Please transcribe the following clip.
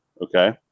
Okay